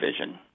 vision